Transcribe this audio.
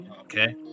Okay